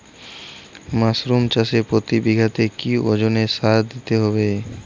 Mushroom চাষে প্রতি বিঘাতে কি ওজনে সার দিতে হবে?